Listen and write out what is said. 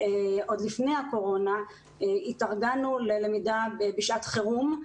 אנחנו עוד לפני הקורונה התארגנו ללמידה בשעת חירום.